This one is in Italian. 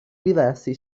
diversi